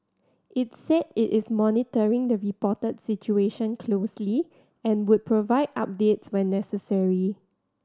it said it is monitoring the reported situation closely and would provide updates when necessary